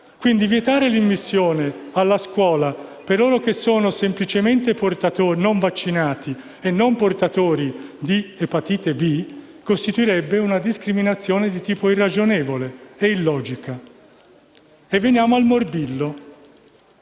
vietare l'ammissione a scuola a coloro che sono semplicemente non vaccinati e non portatori di epatite b costituirebbe una discriminazione di tipo irragionevole e illogico. Veniamo ora al morbillo.